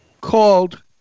called